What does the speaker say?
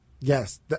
Yes